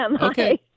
Okay